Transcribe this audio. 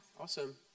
Awesome